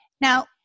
Now